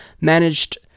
managed